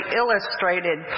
illustrated